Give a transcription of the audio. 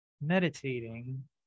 meditating